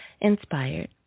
inspired